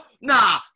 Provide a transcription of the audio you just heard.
Nah